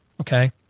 okay